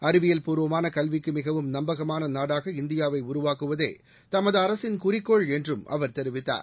அறிவியல் பூர்வமான கல்விக்கு மிகவும் நம்பகமான நாடாக இந்தியாவை உருவாக்குவதே தமது அரசின் குறிக்கோள் என்றும் அவர் தெரிவித்தார்